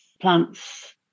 plants